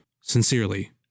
sincerely